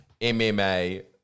mma